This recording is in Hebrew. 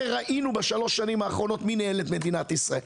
הרי ראינו בשלוש שנים האחרונות מי ניהל את מדינת ישראל,